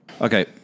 Okay